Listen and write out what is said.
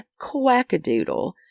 quackadoodle